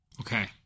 Okay